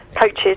coaches